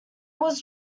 was